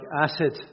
acid